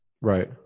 right